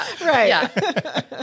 Right